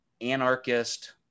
anarchist